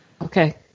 Okay